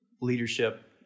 leadership